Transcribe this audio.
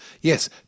Yes